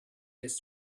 his